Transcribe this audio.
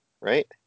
right